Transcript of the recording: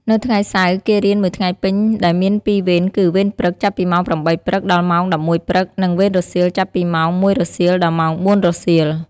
នៅថ្ងៃ សៅរ៍ គេរៀនមួយថ្ងៃពេញដែលមានពីរវេនគឺ វេនព្រឹក ចាប់ពីម៉ោង ៨ ព្រឹក ដល់ម៉ោង ១១ ព្រឹក និង វេនរសៀល ចាប់ពីម៉ោង ១ រសៀល ដល់ម៉ោង ៤ រសៀល។